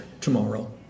tomorrow